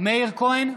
מאיר כהן,